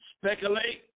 speculate